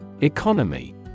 economy